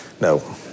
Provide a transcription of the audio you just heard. No